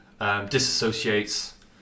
disassociates